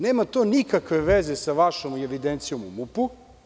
Nema to nikakve veze sa vašom evidencijom u MUP-u.